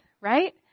right